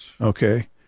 Okay